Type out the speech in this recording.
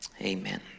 amen